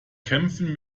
kämpfen